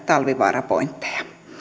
talvivaara pointteja